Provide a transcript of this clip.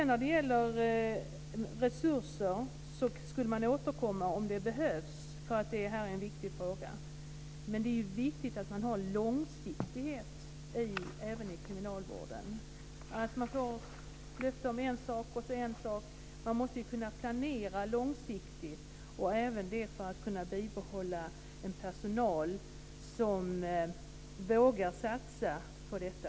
När det gäller resurser säger man att man ska återkomma om det behövs, för att det här är en viktig fråga. Men det är ju viktigt att man har långsiktighet även i kriminalvården och inte får löfte om en sak i taget. Man måste ju kunna planera långsiktigt även för att kunna behålla personal som vågar satsa på detta.